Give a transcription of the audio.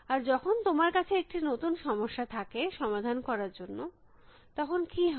আর যখন তোমার কাছে একটি নতুন সমস্যা থাকে সমাধান করার জন্য তখন কী হয়